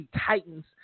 Titans